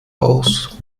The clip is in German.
aus